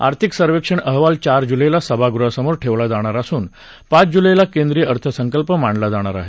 आर्थिक सर्वेक्षण अहवाल चार जुलैला सभागृहासमोर ठेवला जाणार असून पाच जुलैला केंद्रीय अर्थसंकल्प मांडला जाणार आहे